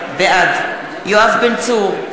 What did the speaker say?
בעד יואב בן צור,